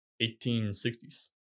1860s